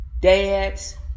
dads